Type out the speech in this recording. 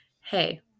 hey